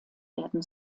werden